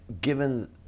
given